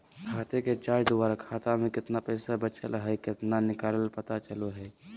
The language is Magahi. खाते के जांच द्वारा खाता में केतना पैसा बचल हइ केतना निकलय पता चलो हइ